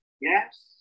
yes